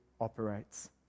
operates